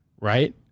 right